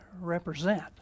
represent